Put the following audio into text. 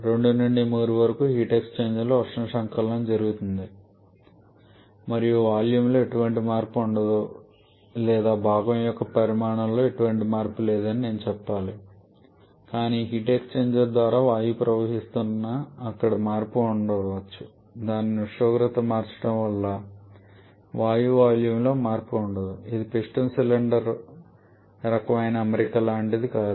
2 నుండి 3 వరకు heat exchanger లో ఉష్ణ సంకలనం జరుగుతుంది మరియు వాల్యూమ్లో ఎటువంటి మార్పు ఉండదు లేదా భాగం యొక్క పరిమాణంలో ఎటువంటి మార్పు లేదని నేను చెప్పాలి కానీ హీట్ ఎక్స్చెంజర్ ద్వారా వాయువు ప్రవహిస్తున్నందున అక్కడ మార్పు ఉండవచ్చు దాని ఉష్ణోగ్రత మార్చడం వల్ల వాయువు వాల్యూమ్ లో మార్పు ఉండవచ్చు ఇది పిస్టన్ సిలిండర్ రకమైన అమరిక లాంటిది కాదు